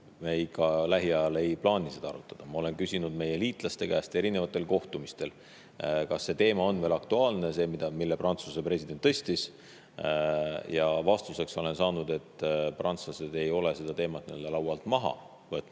Ja me lähiajal ka ei plaani seda arutada. Ma olen küsinud meie liitlaste käest erinevatel kohtumistel, kas see teema on veel aktuaalne, mille Prantsusmaa president tõstatas, ja vastuseks olen saanud, et prantslased ei ole seda teemat nii-öelda laualt maha võtnud,